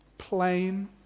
plain